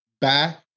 back